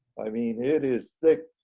i mean it is thick.